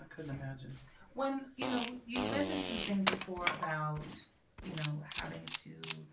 i couldn't imagine one. you know you've mentioned something before about you know having to